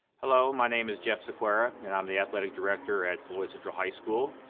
hello, my name is jeff cerqueira, and i'm the athletic director at floyd central high school.